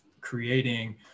creating